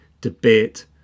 debate